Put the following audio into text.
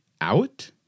out